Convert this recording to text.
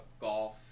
golf